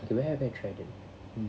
where have I tried it